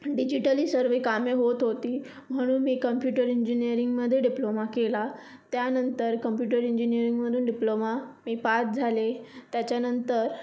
digitally सर्व कामे होत होती म्हणून मी कम्प्युटर इंजिनिअरिंगमध्ये डिप्लोमा केला त्यानंतर कम्प्युटर इंजिनिअरिंगमधून डिप्लोमा मी पास झाले त्याच्यानंतर